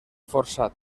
forçat